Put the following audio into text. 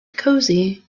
cosy